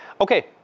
Okay